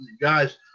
guys